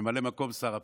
ממלא מקום שר הפנים,